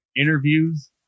interviews